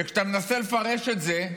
כשאתה מנסה לפרש את זה,